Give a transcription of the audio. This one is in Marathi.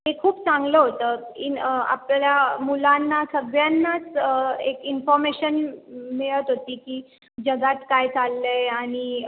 ते खूप चांगलं होतं इन आपल्या मुलांना सगळ्यांनाच एक इन्फॉर्मेशन मिळत होती की जगात काय चाललं आहे आणि